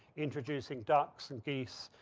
introducing ducks and geese,